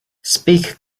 speak